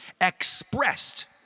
expressed